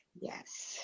Yes